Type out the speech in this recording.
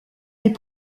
des